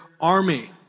army